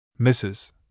Mrs